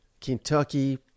Kentucky